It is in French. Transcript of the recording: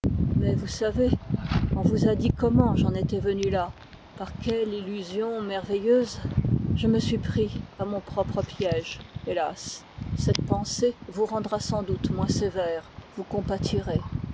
mais vous savez on vous a dit peut-être comment j'en étais venu là par quelle illusion merveilleuse je me suis pris à mon propre piège hélas cette pensée vous rendra sans doute moins sévère vous compatirez